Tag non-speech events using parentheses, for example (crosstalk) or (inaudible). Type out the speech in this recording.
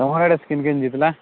ତମର୍ ଆଡ଼େ (unintelligible) କିନ୍ ଜିତଲା